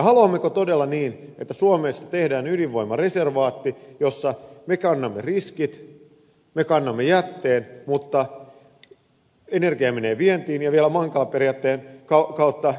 haluammeko todella niin että suomesta tehdään ydinvoimareservaatti jossa me kannamme riskit me kannamme jätteen mutta energia menee vientiin ja vielä mankala periaatteen kautta